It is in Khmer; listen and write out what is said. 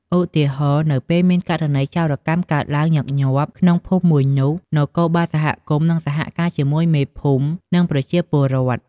ឧទាហរណ៍ នៅពេលមាន ករណីចោរកម្មកើតឡើងញឹកញាប់ក្នុងភូមិមួយនោះ នគរបាលសហគមន៍នឹងសហការជាមួយមេភូមិ និងប្រជាពលរដ្ឋ។